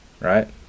right